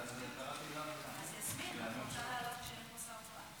אז יסמין, את רוצה לעלות כשאין פה שר תורן?